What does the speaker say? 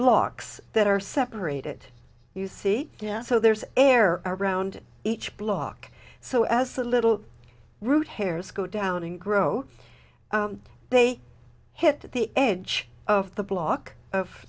blocks that are separated you see yeah so there's air around each block so as the little root hairs go down and grow they hit the edge of the block of